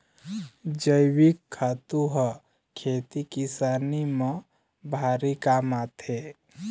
जइविक खातू ह खेती किसानी म भारी काम आथे